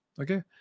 Okay